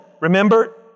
remember